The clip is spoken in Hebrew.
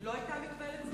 לא היתה מגבלת זמן.